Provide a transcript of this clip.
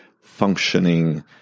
functioning